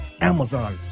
Amazon